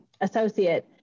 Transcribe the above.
associate